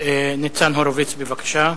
ניצן הורוביץ, בבקשה.